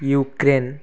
Ukraine